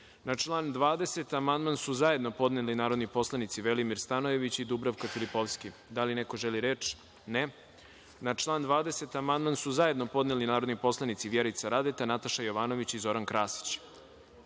član 20. amandman su zajedno podneli narodni poslanici Velimir Stanojević i Dubravka Filipovski. Da li neko želi reč? (Ne)Na član 20. amandman su zajedno podneli narodni poslanici Vjerica Radeta, Nataša Jovanović i Zoran Krasić. Da